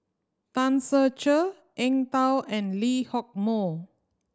Tan Ser Cher Eng Tow and Lee Hock Moh